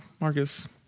Marcus